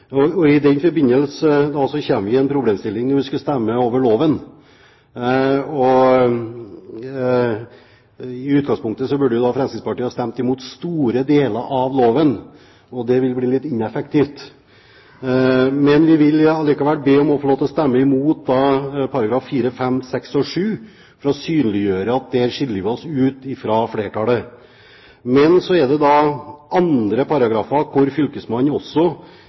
når vi skal stemme over loven. I utgangspunktet burde jo Fremskrittspartiet ha stemt mot store deler av loven, men det ville blitt litt ineffektivt. Vi vil likevel be om å få stemme imot §§ 4, 5, 6 og 7, for å synliggjøre at der skiller vi oss ut fra flertallet. Men så er det andre paragrafer der fylkesmannen også